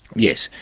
yes,